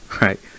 right